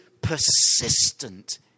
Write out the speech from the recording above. persistent